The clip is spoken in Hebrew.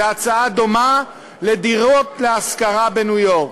זו הצעה דומה למה שנעשה לגבי דירות להשכרה בניו-יורק.